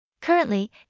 Currently